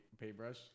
paintbrush